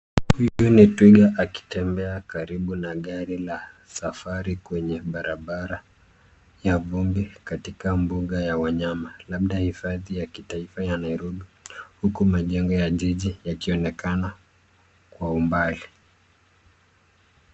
Huyu ni twiga akitembea karibu na gari la safari kwenye barabara ya vumbi katika mbuga la wanyama, labda hifadhi ya kitaifa ya Nairobi huku majengo ya jiji yakionekana kwa umbali.